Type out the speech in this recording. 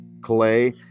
clay